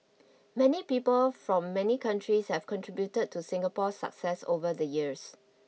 many people from many countries have contributed to Singapore's success over the years